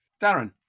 Darren